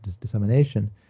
dissemination